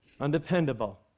undependable